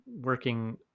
working